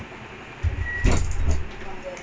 he won't work with what he has